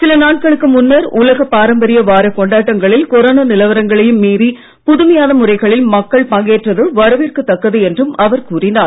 சில நாட்களுக்கு முன்னர் உலக பாரம்பரிய வார கொண்டாட்டங்களில் கொரோனா நிலவரங்களையும் மீறி புதுமையான முறைகளில் மக்கள் பங்கேற்றது வரவேற்கத்தக்கது என்றும் அவர் கூறினார்